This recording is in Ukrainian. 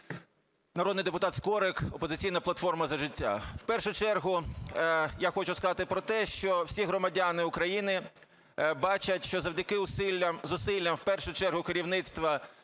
народний депутат Скорик, "Опозиційна платформа – За життя". В першу чергу, я хочу сказати про те, що всі громадяни України бачать, що завдяки зусиллям в першу чергу керівництва